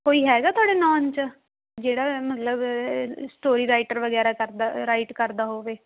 ਕੋਈ ਹੈਗਾ ਤੁਹਾਡੇ ਨੌਨ 'ਚ ਜਿਹੜਾ ਮਤਲਬ ਸਟੋਰੀ ਰਾਈਟਰ ਵਗੈਰਾ ਕਰਦਾ ਰਾਈਟ ਕਰਦਾ ਹੋਵੇ